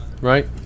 Right